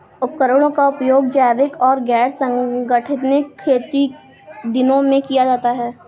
उपकरणों का उपयोग जैविक और गैर संगठनिक खेती दोनों में किया जाता है